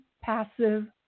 passive